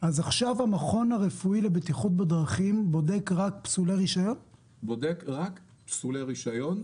עכשיו המכון הרפואי לבטיחות בדרכים בודק רק פסולי רישיון?